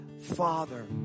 Father